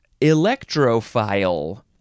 electrophile